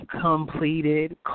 completed